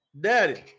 Daddy